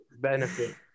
benefit